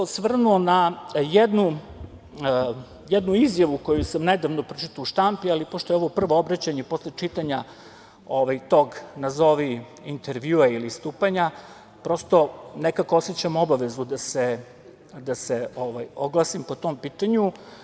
Osvrnuo bih se na jednu izjavu koju sam nedavno pročitao u štampi, ali pošto je ovo prvo obraćanje posle čitanja tog nazovi intervjua ili nastupanja, prosto nekako osećam obavezu da se oglasim po tom pitanju.